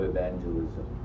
Evangelism